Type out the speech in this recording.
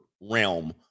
realm